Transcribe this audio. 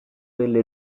delle